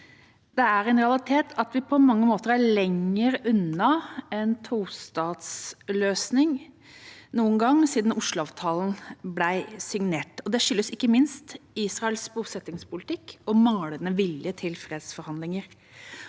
Det er en realitet at vi på mange måter er lenger unna en tostatsløsning nå enn noen gang siden Osloavtalen ble signert. Det skyldes ikke minst Israels bosettingspolitikk og manglende vilje til fredsforhandlinger.